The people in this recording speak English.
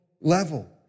level